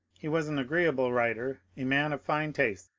he was an agreeable writer, a man of fine taste,